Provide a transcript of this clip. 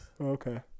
Okay